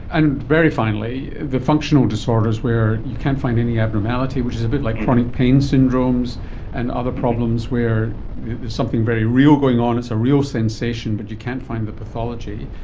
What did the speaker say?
and very finally, the functional disorders where you can't find any abnormality, which is a bit like chronic pain syndromes and other problems where there is something very real going on, it's a real sensation but you can't find the pathology,